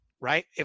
right